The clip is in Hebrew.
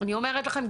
אני אומרת לכם,